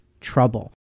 trouble